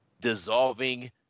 dissolving